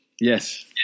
Yes